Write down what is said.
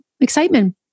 excitement